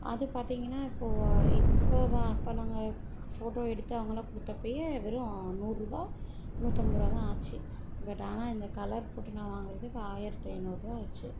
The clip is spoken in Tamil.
அது பார்த்திங்கன்னா இப்போது இப்போது வா அப்போ நாங்கள் ஃபோட்டோ எடுத்து அவங்களா கொடுத்தப்பயே வெறும் நூறுரூபாய் நூற்றம்பதுரூபாதான் ஆச்சு பட் ஆனால் இந்த கலர் போட்டு நான் வாங்குகிறது இப்போ ஆயிரத்தி ஐநூறுபாய் ஆச்சு